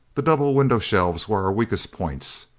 the double window shelves were our weakest points.